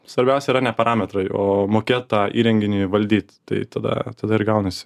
svarbiausia yra ne parametrai o mokėt tą įrenginį valdyt tai tada tada ir gaunasi